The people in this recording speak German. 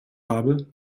habe